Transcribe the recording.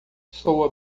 soa